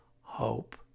hope